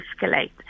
escalate